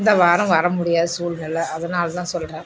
இந்த வாரம் வர முடியாத சூழ்நில அதனால் தான் சொல்கிறேன்